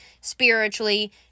spiritually